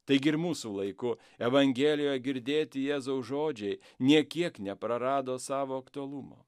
taigi ir mūsų laiku evangelioje girdėti jėzaus žodžiai nė kiek neprarado savo aktualumo